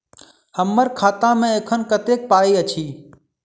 हम्मर खाता मे एखन कतेक पाई अछि?